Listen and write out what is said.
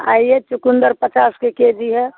आइए चुकंदर पचास के केजी है